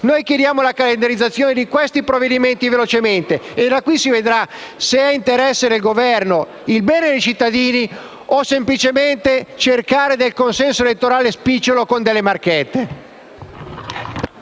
Chiediamo la rapida calendarizzazione di questi provvedimenti e da qui si vedrà se interesse del Governo è il bene dei cittadini o semplicemente cercare consenso elettorale spicciolo con delle marchette.